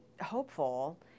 hopeful